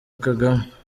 kagame